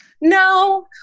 No